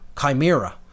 chimera